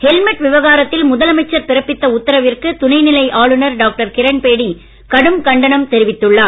helmet விவகாரத்தில் முதலமைச்சர் பிறப்பித்த உத்தரவிற்கு துணை நிலை ஆளுநர் டாக்டர் கிரண்பேடி கடும் கண்டனம் தெரிவித்துள்ளார்